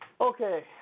Okay